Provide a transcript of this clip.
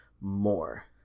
more